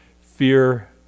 Fear